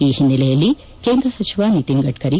ಈ ಓನ್ನೆಲೆಯಲ್ಲಿ ಕೇಂದ್ರ ಸಚಿವ ನಿತಿನ್ ಗಡ್ಡರಿ